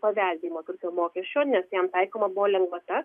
paveldėjimo turto mokesčio nes jam taikoma buvo lengvata